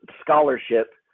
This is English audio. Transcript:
scholarship